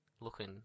looking